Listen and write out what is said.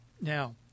Now